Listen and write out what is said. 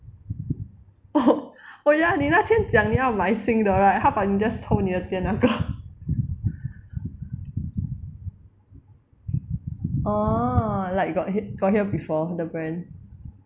oh oh ya 你那天讲你要买新的 right how about 你 just 偷你的店那个 orh like got he~ got hear before the brand